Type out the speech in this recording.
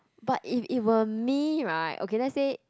but if it were me right okay let's say